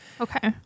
Okay